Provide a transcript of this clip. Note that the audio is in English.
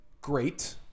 great